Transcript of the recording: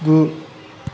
गु